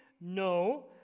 no